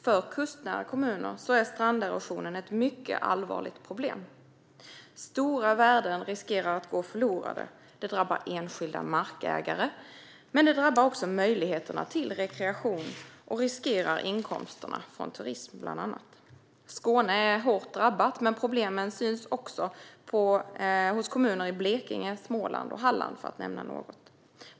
För kustnära kommuner är stranderosion ett allvarligt problem. Stora värden riskerar att gå förlorade. Det drabbar enskilda markägare. Det drabbar också möjligheterna till rekreation och riskerar inkomsterna från turism, bland annat. Skåne är hårt drabbat, men problemen syns också hos kommuner i Blekinge, Småland och Halland, för att nämna några.